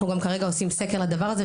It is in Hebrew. אנחנו כרגע עושים סקר לדבר הזה,